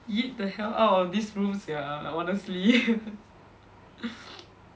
yeet the hell out of these rooms sia honestly